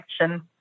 action